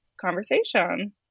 conversation